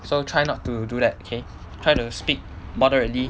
so try not to do that K try to speak moderately